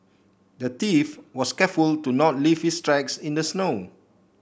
the thief was careful to not leave his tracks in the snow